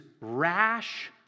rash